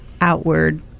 outward